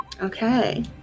Okay